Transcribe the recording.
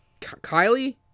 Kylie